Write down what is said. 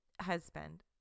husband